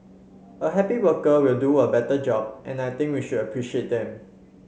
a happy worker will do a better job and I think we should appreciate them